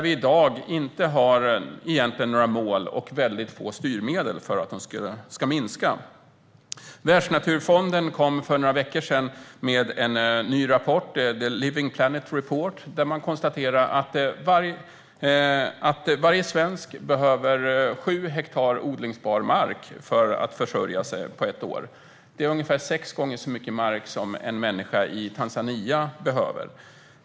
Vi har i dag inga mål och väldigt få styrmedel för att de ska minska. Världsnaturfonden kom för några veckor sedan med en ny rapport, Living Planet Report 2016 , där man konstaterar att varje svensk behöver sju hektar odlingsbar mark för att försörja sig i ett år. Det är ungefär sex gånger så mycket mark som en människa i Tanzania behöver.